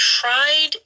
tried